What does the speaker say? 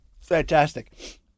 Fantastic